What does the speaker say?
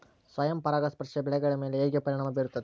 ಸ್ವಯಂ ಪರಾಗಸ್ಪರ್ಶ ಬೆಳೆಗಳ ಮೇಲೆ ಹೇಗೆ ಪರಿಣಾಮ ಬೇರುತ್ತದೆ?